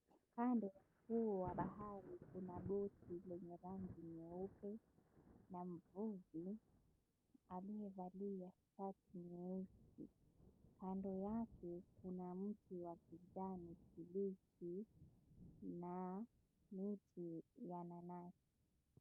Kando ya ufuo huu wa bahari kuna boti lenye rangi nyeupe na mvuvi aliyevalia shati nyeusi. Kando yake kuna mti wa kijani kibichi na miti ya nanasi.